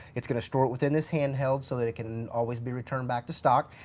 it's going to store it within this handheld so that it can always be returned back to stock.